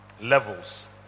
Levels